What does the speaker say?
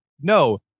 no